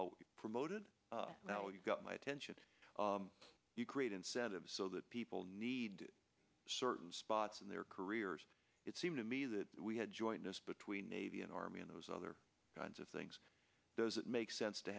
promoted promoted well you've got my attention you create incentives so that people need certain spots in their careers it seemed to me that we had joined us between navy and army in those other kinds of things does it make sense to